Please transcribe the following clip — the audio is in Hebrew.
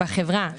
בחברה שלי,